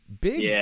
big